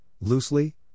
loosely